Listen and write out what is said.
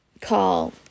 call